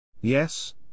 Yes